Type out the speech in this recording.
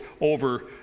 over